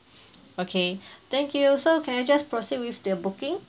okay thank you so can I just proceed with the booking